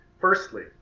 Firstly